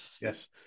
Yes